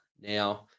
Now